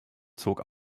zog